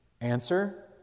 Answer